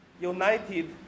united